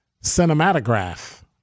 cinematograph